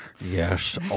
Yes